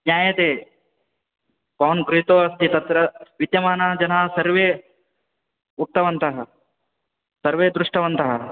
ज्ञायते भवान् गृहीतो अस्ति तत्र विद्यमानाः जनाः सर्वे उक्तवन्तः सर्वे दृष्टवन्तः